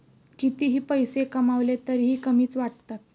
कितीही पैसे कमावले तरीही कमीच वाटतात